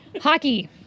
Hockey